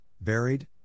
buried